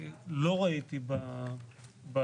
לא ראיתי ביעדים,